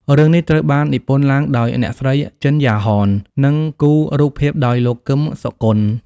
រឿងនេះត្រូវបាននិពន្ធឡើងដោយអ្នកស្រី ជិន យ៉ាហន និងគូររូបភាពដោយលោក គឹម សុគន្ធ។